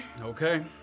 Okay